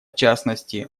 частности